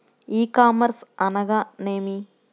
ఈ కామర్స్ అనగా నేమి?